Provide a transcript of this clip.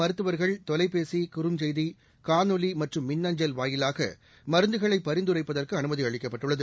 மருத்துவர்கள் தொலைபேசி குறுஞ்செய்தி காணொலி மற்றும் மின் அஞ்சல் வாயிலாக மருந்துகளை பரிந்துரைப்பதற்கு அனுமதி அளிக்கப்பட்டுள்ளது